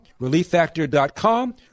relieffactor.com